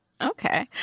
Okay